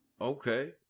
Okay